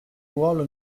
ruolo